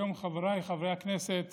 היום הכנסת